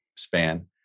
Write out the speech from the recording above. span